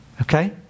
Okay